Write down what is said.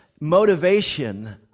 motivation